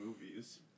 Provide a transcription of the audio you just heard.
movies